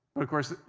of course,